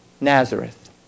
Nazareth